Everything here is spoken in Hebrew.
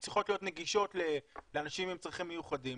צריכות להיות נגישות לאנשים עם צרכים מיוחדים